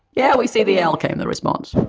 yeah we see the l, came the response.